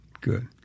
Good